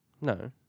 No